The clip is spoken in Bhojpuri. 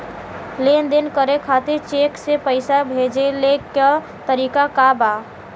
लेन देन करे खातिर चेंक से पैसा भेजेले क तरीकाका बा?